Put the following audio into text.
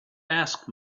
ask